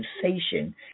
sensation